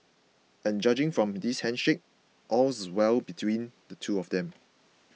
and judging from this handshake all's well between the two of them